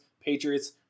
Patriots